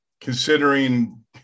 considering